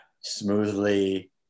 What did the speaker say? smoothly